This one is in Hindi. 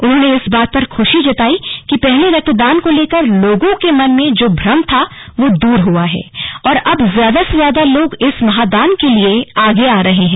उन्होंने इस बात पर खूशी जताई कि पहले रक्तदान को लेकर लोगों ने मन में जो भ्रम था वो दूर हुआ है और अब ज्यादा से ज्यादा लोग इस महादान के लिए आगे आ रहे हैं